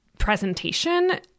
presentation